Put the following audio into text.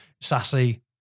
sassy